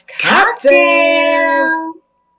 cocktails